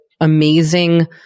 amazing